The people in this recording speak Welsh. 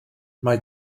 mae